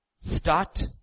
Start